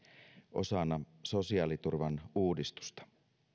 osana sosiaaliturvan uudistusta